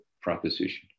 proposition